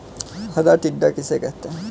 हरा टिड्डा किसे कहते हैं?